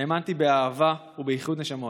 האמנתי באהבה ובאיחוד נשמות.